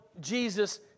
Jesus